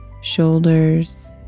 shoulders